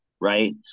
Right